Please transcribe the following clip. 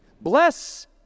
Bless